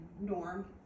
norm